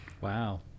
Wow